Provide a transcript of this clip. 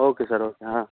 okay sir okay ಹಾಂ